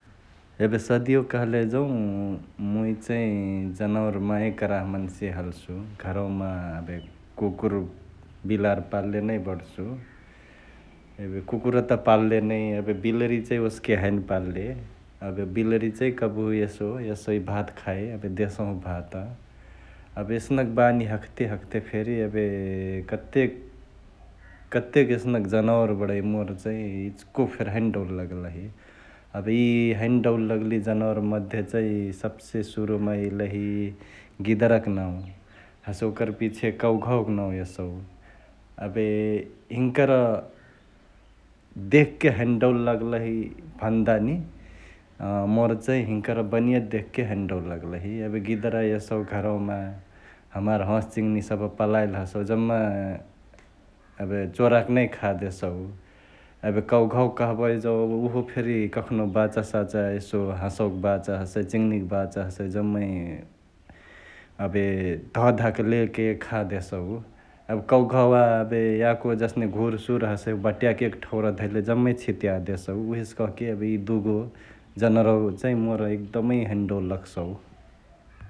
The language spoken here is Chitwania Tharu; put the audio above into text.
एबे सदियो कहले जौं मुइ चैं जनावर माया कराह मन्से हल्सु । घरवामा एबे कुकुर्, बिलारी पल्लाले नै बडसु एबे कुकुरा त पाल्लेनै एबे बिलरी चांही ओसके हैने पाल्ले । एबे बिलरी चांही कबहु एसो एशई भात खाए एबे देशहु भात । एबे एसनक बानी हखते हखते फेरी एबे कतेक, कतेक एसनक जनावर बडै मोर चांही इच्को फेरी हैनो डौल लगलही । एबे इय हैनो डौल लग्ली जनावर मध्य चैं सब्से सुरुमा यइलही गिदराक नाउ हसे ओकर पिछे कौघावाक नाउ एसौ । एबे हिङ्कर देखके हैने डौल लग्लही भन्दानी अ मोर चांही हिङ्कर बनिया देखके हैने डौल लगलही एबे गिदरा एसौ घरवमा हमार हंस चिङ्नी सभ पलाईली हसौ जम्मा एबे चोराके खा देसउ । एबे कौघा कहबही जंउ ऊहो फेरी कखनो बचासाचा एसो हंसवा बाचा हसै, चिङनी क बाचा हसै जमै एबे धह धाके लेके खादेसउ । एबे कौघावा एबे याको जसने घुरसुर हसै बटियाके एक ठाउँरा धैले जमै छितियादेसउ । उहेसे कहके यी दुगो जनावरवा चैं मोर एकदमै हैने डौल लगसउ ।